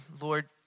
Lord